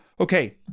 Okay